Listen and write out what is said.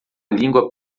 língua